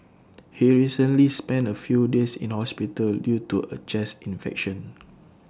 he recently spent A few days in hospital due to A chest infection